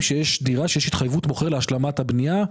כשיש דירת קבלן שיש בה התחייבות מוכר להשלמת הבנייה.